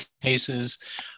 cases